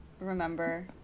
Remember